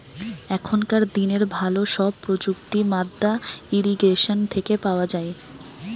এখনকার দিনের ভালো সব প্রযুক্তি মাদ্দা ইরিগেশন থেকে পাওয়া যায়